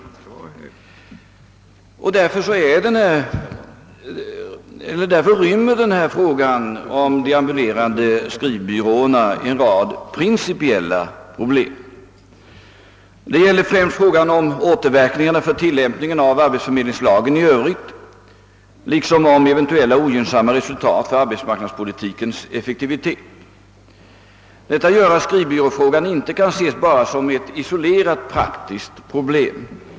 Därför rymmer denna fråga om de ambulerande skrivbyråerna en rad principiella problem. Det gäller främst frågan om återverkningarna på tillämpningen av arbetsförmedlingslagen i övrigt liksom om eventuella ogynnsamma resultat för arbetsmarknadspolitikens effektivitet. Detta gör att skrivbyråfrågan inte kan ses bara som ett isolerat praktiskt problem.